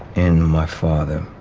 in my father.